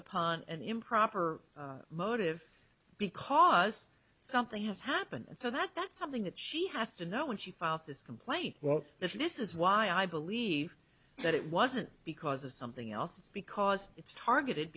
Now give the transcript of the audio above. upon an improper motive because something has happened so that that's something that she has to know when she files this complaint well this is why i believe that it wasn't because of something else because it's targeted